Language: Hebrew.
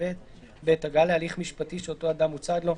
16(ב); (ב)הגעה להליך משפטי שאותו אדם הוא צד לו,